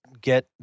get